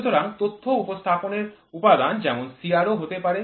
সুতরাং তথ্য উপস্থাপনের উপাদান যেমন CRO হতে পারে